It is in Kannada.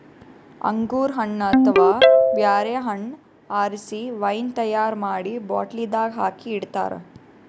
ಅಂಗೂರ್ ಹಣ್ಣ್ ಅಥವಾ ಬ್ಯಾರೆ ಹಣ್ಣ್ ಆರಸಿ ವೈನ್ ತೈಯಾರ್ ಮಾಡಿ ಬಾಟ್ಲಿದಾಗ್ ಹಾಕಿ ಇಡ್ತಾರ